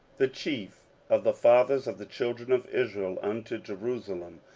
the chief of the fathers of the children of israel, unto jerusalem,